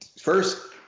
first